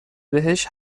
بهش